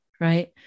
Right